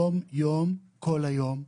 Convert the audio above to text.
כל היום.